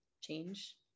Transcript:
change